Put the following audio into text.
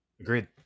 Agreed